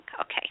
Okay